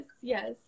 yes